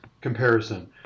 comparison